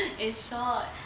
and shorts